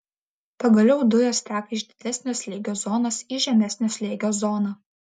pagaliau dujos teka iš didesnio slėgio zonos į žemesnio slėgio zoną